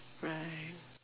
right